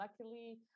luckily